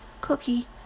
Cookie